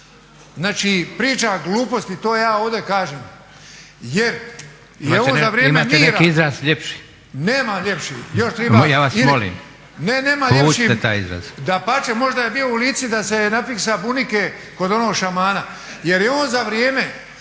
znači priča gluposti to ja ovdje kažem